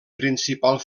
principal